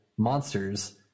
monsters